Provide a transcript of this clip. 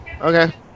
Okay